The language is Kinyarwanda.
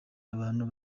abantu